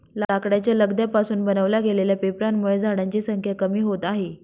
लाकडाच्या लगद्या पासून बनवल्या गेलेल्या पेपरांमुळे झाडांची संख्या कमी होते आहे